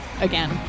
again